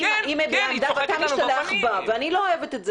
היא מביעה עמדה ואתה משתלח בה ואני לא אוהבת את זה.